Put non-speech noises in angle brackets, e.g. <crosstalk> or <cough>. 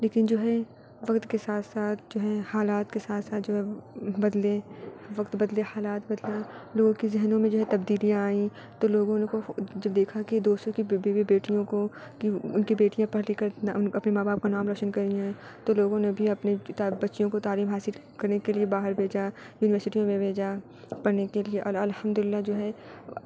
لیکن جو ہے وقت کے ساتھ ساتھ جو ہے حالات کے ساتھ ساتھ جو ہے بدلے وقت بدلے حالات بدلا لوگوں کے ذہنوں میں جو ہے تبدیلیاں آئیں تو لوگوں نے جب دیکھا کہ دوسروں کی بیوی بیٹیوں کو کہ ان کے بیٹیاں پڑھ لکھ کر اپنے ماں باپ کا نام روشن کر رہی ہیں تو لوگوں نے بھی اپنے <unintelligible> بچیوں کو تعلیم حاصل کرنے کے لیے باہر بھیجا یونیورسٹیوں میں بھیجا پڑھنے کے لیے اور الحمد للہ جو ہے